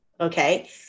okay